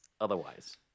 otherwise